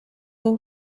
and